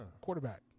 Quarterback